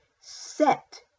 set